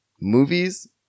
movies